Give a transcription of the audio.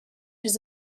his